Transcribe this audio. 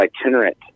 itinerant